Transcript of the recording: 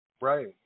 Right